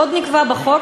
עוד נקבע בחוק,